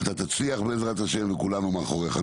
אתה תצליח, בעזרת השם וכולנו מאחוריך.